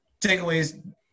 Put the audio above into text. takeaways